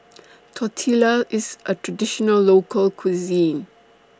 Tortillas IS A Traditional Local Cuisine